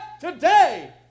today